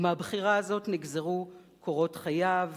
ומהבחירה הזאת נגזרו קורות חייו